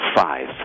five